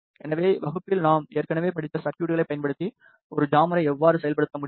எனவே வகுப்பில் நாம் ஏற்கனவே படித்த சர்குய்ட்களைப் பயன்படுத்தி ஒரு ஜாமரை எவ்வாறு செயல்படுத்த முடியும்